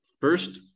First